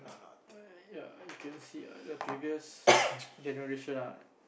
oh ya I can see ah the previous generation ah